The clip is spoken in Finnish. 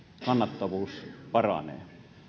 kannattavuus paranee